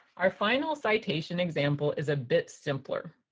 our final citation example is a bit simpler.